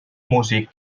músic